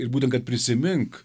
ir būtent kad prisimink